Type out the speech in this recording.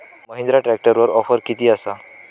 महिंद्रा ट्रॅकटरवर ऑफर किती आसा?